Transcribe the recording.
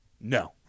No